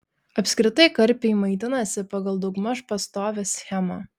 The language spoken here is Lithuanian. apskritai karpiai maitinasi pagal daugmaž pastovią schemą